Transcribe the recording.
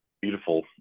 Beautiful